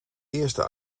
eerste